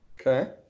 okay